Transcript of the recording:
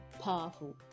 powerful